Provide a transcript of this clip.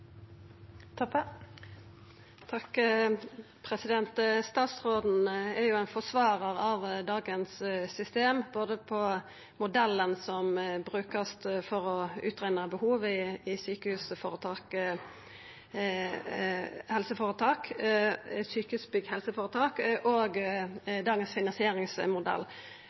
jo ein forsvarar av dagens system når det gjeld både modellen som vert brukt for å rekna ut behov i Sykehusbygg HF, og dagens finansieringsmodell.